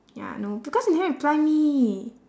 ya no because you never reply me